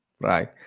right